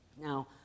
Now